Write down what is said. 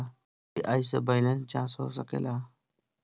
UPI से balance जाँच हो सके ला?